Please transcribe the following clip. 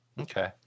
Okay